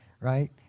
right